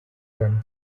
him